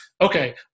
Okay